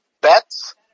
bets